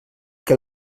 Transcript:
que